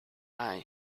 will